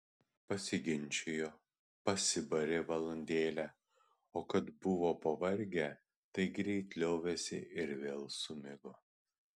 pasiginčijo pasibarė valandėlę o kad buvo pavargę tai greit liovėsi ir vėl sumigo